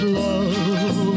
love